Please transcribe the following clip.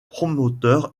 promoteur